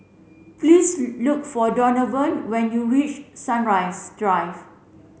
please look for Donavan when you reach Sunrise Drive